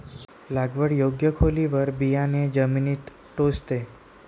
लागवड योग्य खोलीवर बियाणे जमिनीत टोचते